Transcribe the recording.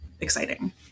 exciting